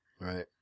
Right